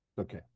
okay